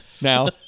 now